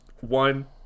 one